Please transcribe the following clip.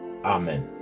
Amen